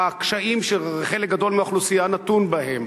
בקשיים שחלק גדול מהאוכלוסייה נתון בהם,